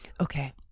Okay